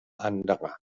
anderer